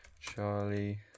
Charlie